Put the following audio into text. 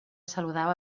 saludava